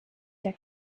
der